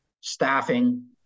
staffing